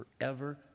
forever